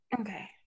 Okay